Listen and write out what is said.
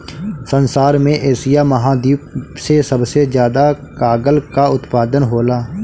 संसार में एशिया महाद्वीप से सबसे ज्यादा कागल कअ उत्पादन होला